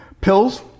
Pills